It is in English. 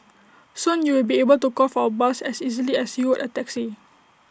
soon you will be able to call for A bus as easily as you would A taxi